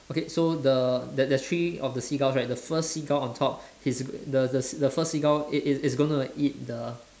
okay so the there's there's three of seagulls right the first seagull on top he's the the the first seagull it it it's gonna eat the